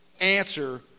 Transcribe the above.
answer